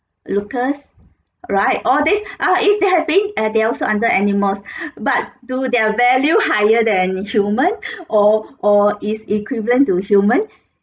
lucas right all these ah is they are being ah they are also under animals but do their value higher than human or or is equivalent to human